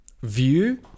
view